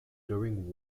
during